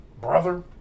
brother